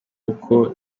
uko